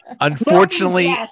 Unfortunately